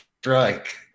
strike